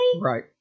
Right